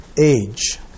age